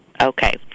Okay